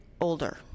older